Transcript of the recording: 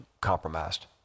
compromised